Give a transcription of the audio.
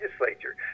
legislature